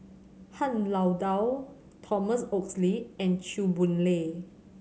Han Lao Da Thomas Oxley and Chew Boon Lay